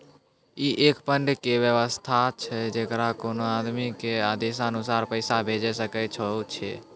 ई एक फंड के वयवस्था छै जैकरा कोनो आदमी के आदेशानुसार पैसा भेजै सकै छौ छै?